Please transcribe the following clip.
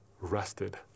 rested